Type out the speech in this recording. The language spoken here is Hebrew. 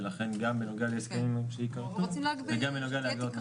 ולכן גם בנוגע להסכמים שייכרתו וגם בנוגע להגדלות --- כן,